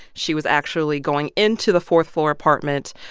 she was actually going into the fourth floor apartment.